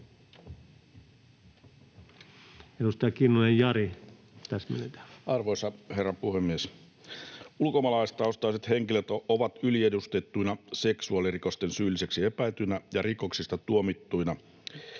muuttamisesta Time: 20:01 Content: Arvoisa herra puhemies! Ulkomaalaistaustaiset henkilöt ovat yliedustettuina seksuaalirikosten syylliseksi epäiltyinä ja rikoksista tuomittuina.